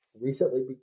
recently